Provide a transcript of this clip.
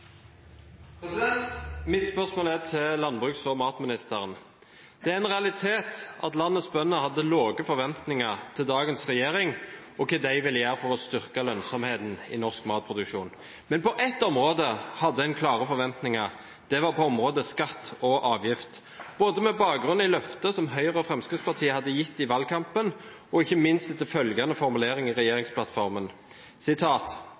en realitet at landets bønder hadde lave forventninger til dagens regjering og til hva den ville gjøre for å styrke lønnsomheten i norsk matproduksjon. Men på ett område hadde en klare forventninger, og det var på området skatt og avgifter, med bakgrunn i løftet som Høyre og Fremskrittspartiet hadde gitt i valgkampen, og ikke minst etter følgende formulering i regjeringsplattformen: